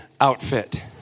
outfit